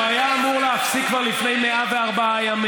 הוא היה אמור להפסיק כבר לפני 104 ימים.